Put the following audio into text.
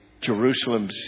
Jerusalem